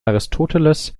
aristoteles